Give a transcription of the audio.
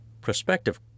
prospective